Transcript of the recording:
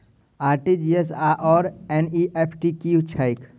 RTGS आओर NEFT की छैक?